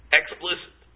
explicit